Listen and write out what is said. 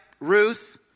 Ruth